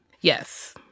Yes